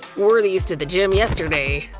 wore these to the gym yesterday,